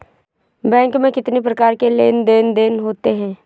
Bank में कितनी प्रकार के लेन देन देन होते हैं?